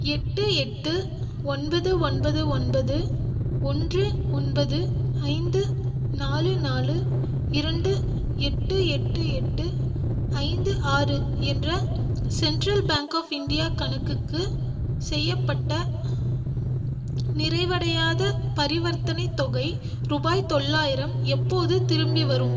எட்டு எட்டு ஒன்பது ஒன்பது ஒன்பது ஒன்று ஒன்பது ஐந்து நாலு நாலு இரண்டு எட்டு எட்டு எட்டு ஐந்து ஆறு என்ற சென்ட்ரல் பேங்க் ஆஃப் இந்தியா கணக்குக்கு செய்யப்பட்ட நிறைவடையாத பரிவர்த்தனைத் தொகை ருபாய் தொள்ளாயிரம் எப்போது திரும்பி வரும்